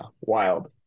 wild